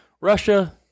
Russia